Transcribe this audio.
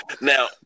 Now